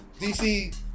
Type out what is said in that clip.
DC